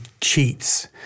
cheats